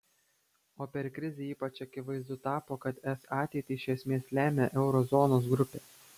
o per krizę ypač akivaizdu tapo kad es ateitį iš esmės lemia euro zonos grupė